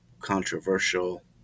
controversial